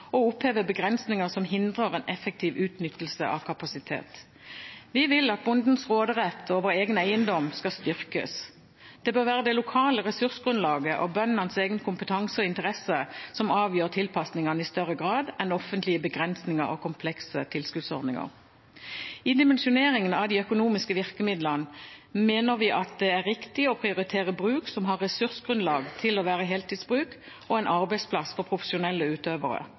og oppheve begrensninger som hindrer en effektiv utnyttelse av kapasitet. Vi vil at bondens råderett over egen eiendom skal styrkes. Det bør være det lokale ressursgrunnlaget og bøndenes egen kompetanse og interesse som avgjør tilpasningene i større grad enn offentlige begrensninger og komplekse tilskuddsordninger. I dimensjoneringen av de økonomiske virkemidlene mener vi at det er riktig å prioritere bruk som har ressursgrunnlag til å være heltidsbruk og en arbeidsplass for profesjonelle utøvere.